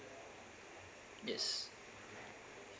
yes